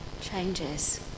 changes